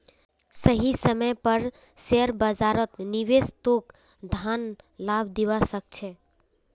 सही समय पर शेयर बाजारत निवेश तोक धन लाभ दिवा सके छे